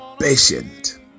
patient